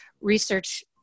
research